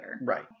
Right